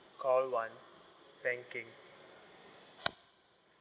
call one banking